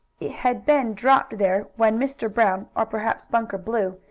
it had been dropped there when mr. brown, or perhaps bunker blue,